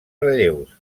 relleus